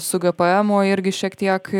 su gpemu irgi šiek tiek